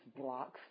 blocks